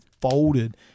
folded